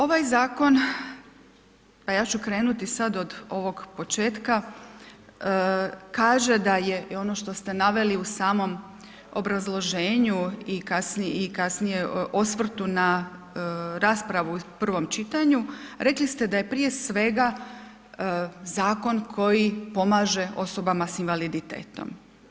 Ovaj zakon, pa ja ću krenuti sad od ovog početka kaže da je i ono što ste naveli u samom obrazloženju i kasnije osvrtu na raspravu u prvom čitanju, rekli ste da je prije svega zakon koji pomaže osobama s invaliditetom.